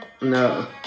No